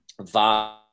vibe